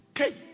Okay